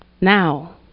Now